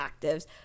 actives